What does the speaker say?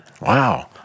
Wow